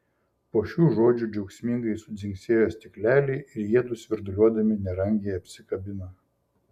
po šių žodžių džiaugsmingai sudzingsėjo stikleliai ir jiedu svirduliuodami nerangiai apsikabino